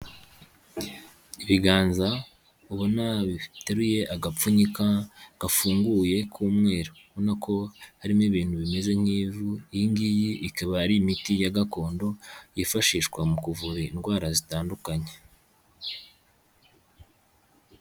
Ibiganza ubona biteruye agapfunyika gafunguye k'umweru, ubona na ko harimo ibintu bimeze nk'ivu, iyi ngiyi ikaba ari imiti ya gakondo, yifashishwa mu kuvura indwara zitandukanye.